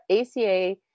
ACA